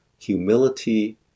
humility